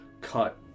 cut